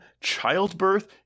childbirth